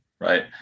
right